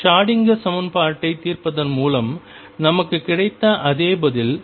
Schrodinger Schrödinger சமன்பாட்டைத் தீர்ப்பதன் மூலம் நமக்குக் கிடைத்த அதே பதில்